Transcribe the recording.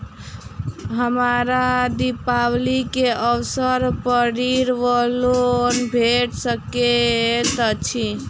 हमरा दिपावली केँ अवसर पर ऋण वा लोन भेट सकैत अछि?